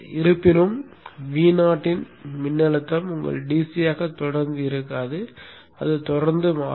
இருப்பினும் இப்போது Vo இன் மின்னழுத்தம் உங்கள் DC ஆக தொடர்ந்து இருக்காது அது தொடர்ந்து மாறும்